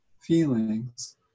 feelings